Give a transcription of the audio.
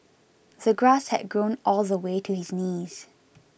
the grass had grown all the way to his knees